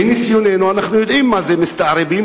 מניסיוננו אנחנו יודעים מה זה מסתערבים.